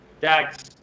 Dax